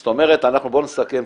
--- זאת אומרת בוא נסכם,